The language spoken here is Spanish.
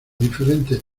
diferentes